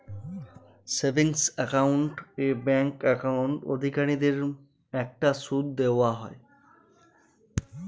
savings account এ bank account অধিকারীদের একটা সুদ দেওয়া হয়